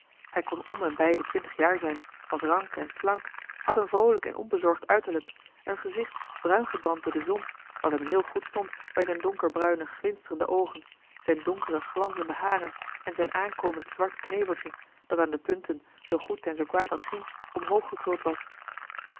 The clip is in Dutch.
hij kon om en bij de twintig jaar zijn was rank en slank had een vroolijk en onbezorgd uiterlijk een gezicht bruingebrand door de zon wat hem heel goed stond bij zijn donkerbruine glinsterende oogen zijn donkere glanzende haren en zijn aankomend zwart kneveltje dat aan de punten zoo goed en zoo kwaad dat ging omhoog gekruld was